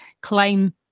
claim